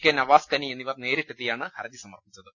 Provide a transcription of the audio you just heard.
K Navaskani എന്നിവർ നേരിട്ടെത്തിയാണ് ഹർജി സമർപ്പിച്ച ത്